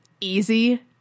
easy